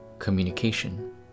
communication